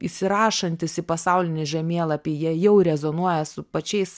įsirašantys į pasaulinį žemėlapį jie jau rezonuoja su pačiais